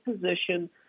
position